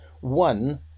one